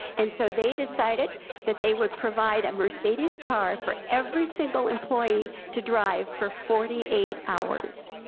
and so they decided that they would provide a mercedes car for every single employee to drive for forty eight hours,